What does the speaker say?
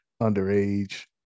underage